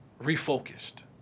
refocused